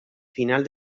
final